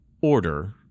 Order